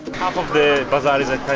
half of the bazar is